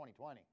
2020